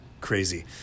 crazy